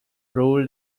ruled